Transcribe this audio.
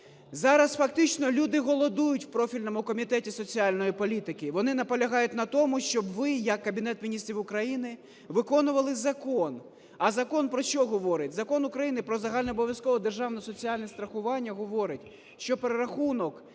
Зараз фактично люди голодують в профільному Комітеті соціальної політики, вони наполягають на тому, щоб ви як Кабінет Міністрів України виконували закон. А закон про що говорить? Закон України "Про загальнообов'язкове державне соціальне страхування" говорить, що перерахунок